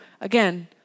again